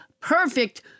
perfect